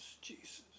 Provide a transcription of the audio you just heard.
Jesus